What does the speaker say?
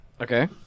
Okay